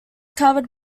covered